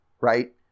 Right